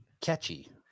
catchy